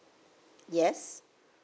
yes